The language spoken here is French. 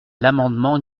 l’amendement